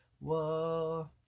Whoa